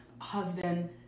husband